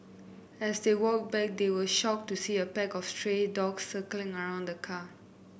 as they walked back they were shocked to see a pack of stray dogs circling around the car